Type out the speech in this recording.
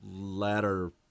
latter